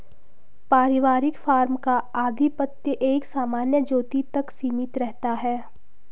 पारिवारिक फार्म का आधिपत्य एक सामान्य ज्योति तक सीमित रहता है